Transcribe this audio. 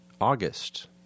August